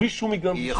בלי שום היגיון.